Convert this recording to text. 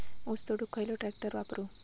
ऊस तोडुक खयलो ट्रॅक्टर वापरू?